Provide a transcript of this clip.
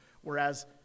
Whereas